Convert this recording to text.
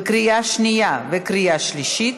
קריאה שנייה וקריאה שלישית.